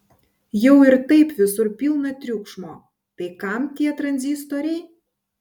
jau ir taip visur pilna triukšmo tai kam tie tranzistoriai